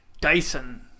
Dyson